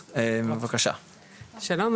שלום,